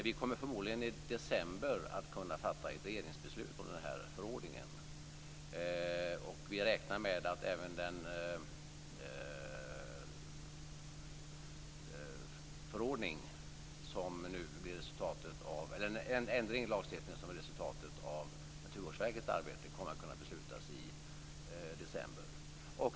Vi kommer förmodligen att kunna fatta ett regeringsbeslut om den här förordningen i december, och vi räknar med att även den ändring i lagstiftningen som blir resultatet av Naturvårdsverkets arbete kommer att kunna beslutas om i december.